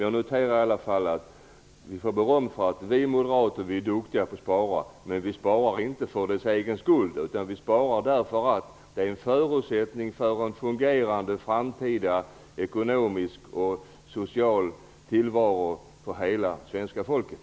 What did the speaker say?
Jag noterar i alla fall att vi moderater får beröm för att vi är duktiga på att spara. Men vi sparar inte för sparandets egen skull, utan vi sparar därför att det är en förutsättning för en fungerande framtida ekonomisk och social tillvaro för hela det svenska folket.